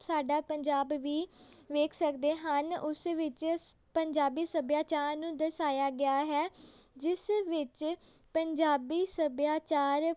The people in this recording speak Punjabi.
ਸਾਡਾ ਪੰਜਾਬ ਵੀ ਦੇਖ ਸਕਦੇ ਹਨ ਉਸ ਵਿੱਚ ਪੰਜਾਬੀ ਸੱਭਿਆਚਾਰ ਨੂੰ ਦਰਸਾਇਆ ਗਿਆ ਹੈ ਜਿਸ ਵਿੱਚ ਪੰਜਾਬੀ ਸੱਭਿਆਚਾਰ